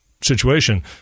situation